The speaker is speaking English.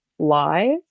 Live